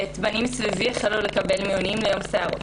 בנים סביבי החלו לקבל פניות למיונים ליום סערות.